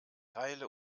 teile